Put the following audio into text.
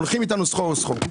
הולכים אתנו סחור סחור.